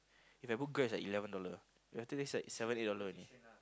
If I book Grab ah eleven dollar then after this like seven eight dollar only